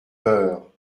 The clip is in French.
peur